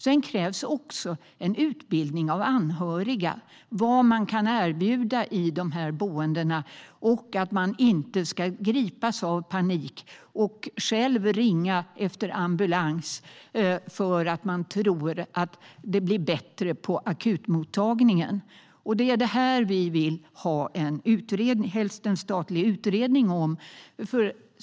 Det krävs också utbildning av anhöriga när det gäller vad man kan erbjuda i boendena så att de inte ska gripas av panik och själva ringa efter ambulans därför att de tror att det blir bättre på akutmottagningen. Det är detta vi helst vill ha en statlig utredning om.